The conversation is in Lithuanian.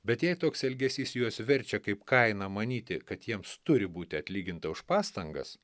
bet jei toks elgesys juos verčia kaip kainą manyti kad jiems turi būti atlyginta už pastangas